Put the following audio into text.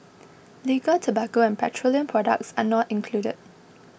liquor tobacco and petroleum products are not included